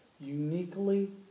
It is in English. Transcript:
uniquely